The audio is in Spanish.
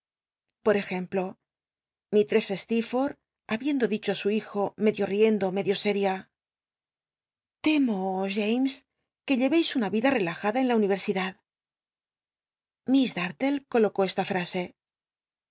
por ejemplo mistress steerforlh habiendo dicho ti su hijo medio riendo medio sél'ia ida relajad t temo james que lle eis una y en la uni er'sidad miss dar'lie colocó esta frase